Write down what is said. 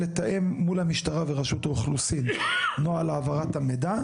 לתאם מול המשטרה ורשות האוכלוסין נוהל העברת המידע.